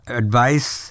advice